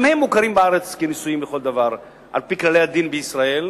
גם הם מוכרים בארץ כנשואים לכל דבר על-פי כללי הדין בישראל,